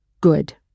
Good